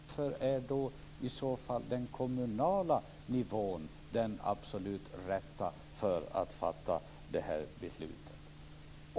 Fru talman! Jag måste fråga Per Lager: Varför är i så fall den kommunala nivån den absolut rätta för att fatta det här beslutet?